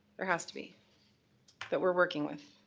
there has to be that we're working with.